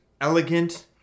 elegant